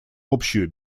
общую